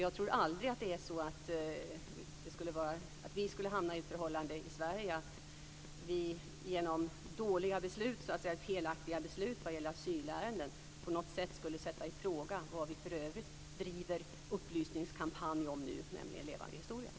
Jag tror aldrig att vi i Sverige kan komma i den situationen att vi på grund av dåliga och felaktiga beslut i asylärenden skulle sätta i fråga vad vi för övrigt driver upplysningskampanjer om nu, nämligen